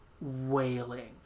wailing